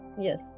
Yes